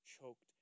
choked